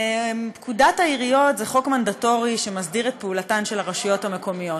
פקודת העיריות היא חוק מנדטורי שמסדיר את פעולתן של הרשויות המקומיות,